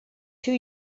too